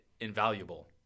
invaluable